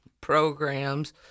programs